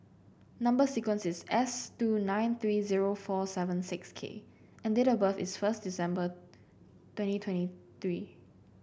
number sequence is S two nine three zero four seven six K and date of birth is first December twenty twenty three